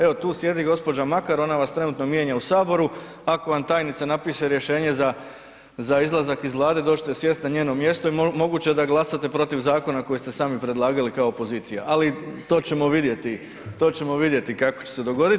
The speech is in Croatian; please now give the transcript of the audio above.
Evo tu sjedi gospođa Makar onda vas trenutno mijenja u Saboru, ako vam tajnica napiše rješenje za izlazak iz Vlade doći ćete sjesti na njeno mjesto i moguće da glasate protiv zakona koji ste sami predlagali kao pozicija, ali to ćemo vidjeti kako će se dogodi.